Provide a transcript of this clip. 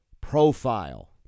profile